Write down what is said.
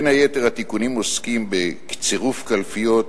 בין היתר, התיקונים עוסקים בצירוף קלפיות,